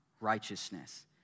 righteousness